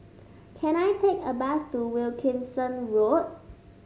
can I take a bus to Wilkinson Road